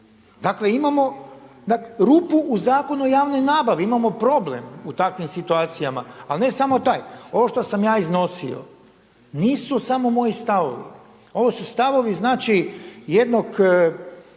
Dakle, imamo rupu u Zakonu o javnoj nabavi, imamo problem u takvim situacijama. Ali ne samo taj. Ovo što sam ja iznosio nisu samo moji stavovi. Ovo su stavovi znači